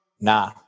Nah